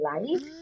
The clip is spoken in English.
life